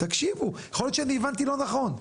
יכול להיות שאני הבנתי לא נכון,